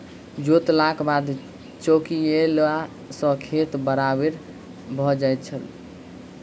जोतलाक बाद चौकियेला सॅ खेत बराबरि भ जाइत छै